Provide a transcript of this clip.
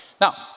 Now